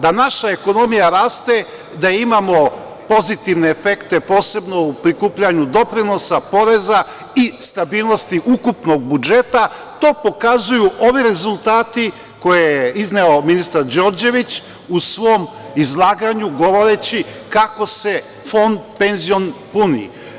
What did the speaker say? Da naša ekonomija raste, da imamo pozitivne efekte, posebno u prikupljanju doprinosa, poreza i stabilnosti ukupnog budžeta, to pokazuju ovi rezultati koje je izneo ministar Đorđević u svom izlaganju, govoreći kako se penzioni fond puni.